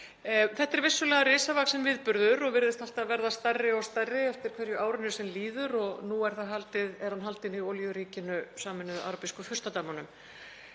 Þetta eru vissulega risavaxinn viðburður og virðist alltaf verða stærri og stærri með hverju árinu sem líður og nú er hann haldinn í olíuríkinu Sameinuðu arabísku furstadæmunum.